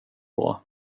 bra